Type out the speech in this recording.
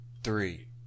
three